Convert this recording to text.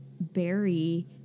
Barry